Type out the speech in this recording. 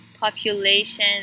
population